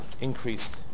increase